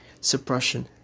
Suppression